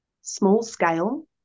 small-scale